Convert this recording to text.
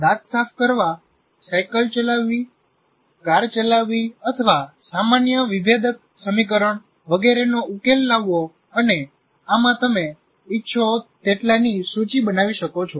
દાંત સાફ કરવા સાયકલ ચલાવવી કાર ચલાવવી અથવા સામાન્ય વિભેદક સમીકરણ વગેરેનો ઉકેલ લાવવો અને આમાં તમે ઇચ્છો તેટલાની સૂચિ બનાવી શકો છો